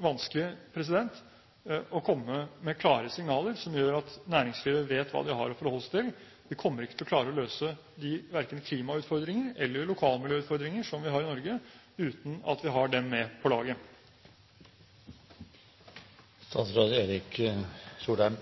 vanskelig å komme med klare signaler som gjør at næringslivet vet hva de har å forholde seg til. Vi kommer verken til å klare å møte klimautfordringene eller lokalmiljøutfordringer som vi har i Norge, uten at vi har næringslivet med